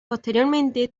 posteriormente